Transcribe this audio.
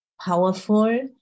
powerful